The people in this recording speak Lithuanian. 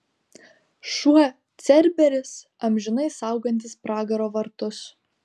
šuo cerberis amžinai saugantis pragaro vartus